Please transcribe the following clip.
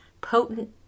potent